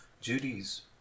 Judy's